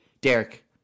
derek